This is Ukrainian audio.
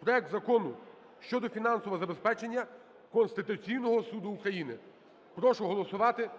проекту Закону щодо фінансового забезпечення Конституційного Суду України. Прошу голосувати